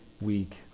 week